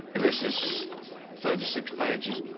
this is thirty six pages.